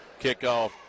Kickoff